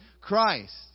Christ